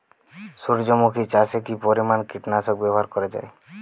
সূর্যমুখি চাষে কি পরিমান কীটনাশক ব্যবহার করা যায়?